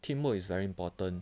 teamwork is very important